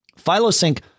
PhiloSync